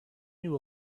knew